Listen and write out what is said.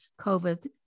COVID